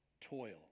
toil